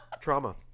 Trauma